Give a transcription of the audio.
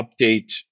update